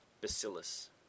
Bacillus